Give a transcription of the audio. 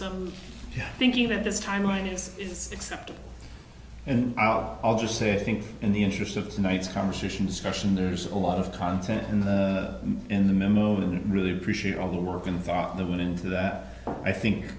some thinking that this timeline is is acceptable and i'll just say i think in the interest of this night's conversation discussion there's a lot of content in the in the memo didn't really appreciate all the work and thought that went into that i think